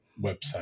website